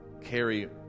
carry